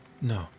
No